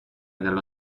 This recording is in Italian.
dello